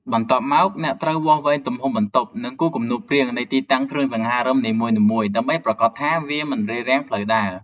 បន្ទាប់មក អ្នកត្រូវវាស់វែងទំហំបន្ទប់ និងគូរគំនូសព្រាងនៃទីតាំងគ្រឿងសង្ហារឹមនីមួយៗ ដើម្បីប្រាកដថាវាមិនរារាំងផ្លូវដើរ។